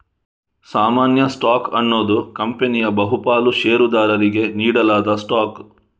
ಸಾಮಾನ್ಯ ಸ್ಟಾಕ್ ಅನ್ನುದು ಕಂಪನಿಯ ಬಹು ಪಾಲು ಷೇರುದಾರರಿಗೆ ನೀಡಲಾದ ಸ್ಟಾಕ್